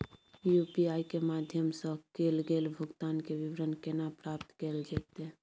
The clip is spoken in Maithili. यु.पी.आई के माध्यम सं कैल गेल भुगतान, के विवरण केना प्राप्त कैल जेतै?